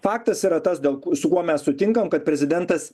faktas yra tas dėl ko su kuo mes sutinkam kad prezidentas